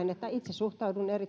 suhtaudun erittäin